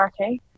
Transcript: Okay